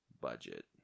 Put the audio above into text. budget